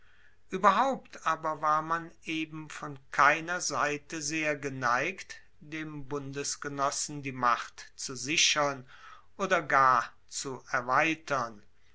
ueberhaupt aber war man eben von keiner seite sehr geneigt dem bundesgenossen die macht zu sichern oder gar zu erweitern